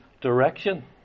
direction